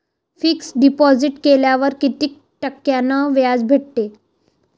Fix deposit केल्यावर कितीक टक्क्यान व्याज भेटते?